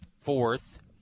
fourth